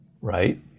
right